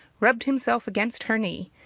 rubbed himself against her knee,